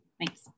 thanks